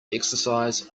exercise